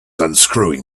unscrewing